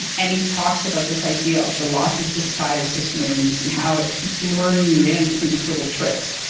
and he talks about this idea of the losses disguised as wins and how it keeps luring you in through these little tricks